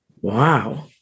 Wow